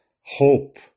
hope